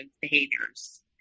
behaviors